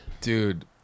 dude